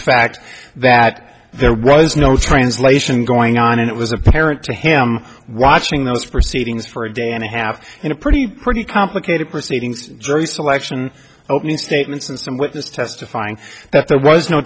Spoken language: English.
fact that there was no translation going on and it was apparent to him watching those proceedings for a day and a half in a pretty pretty complicated proceedings jury selection opening statements and some witness testifying that there was no